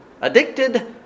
Addicted